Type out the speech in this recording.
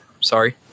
sorry